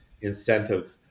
incentive